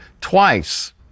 twice